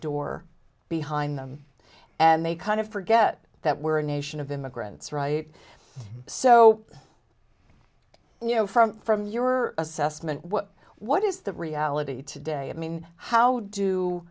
door behind them and they kind of forget that we're a nation of immigrants right so you know from from your assessment what what is the reality today i mean how do